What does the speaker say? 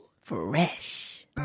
Fresh